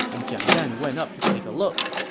and jiang gan went up to take a look.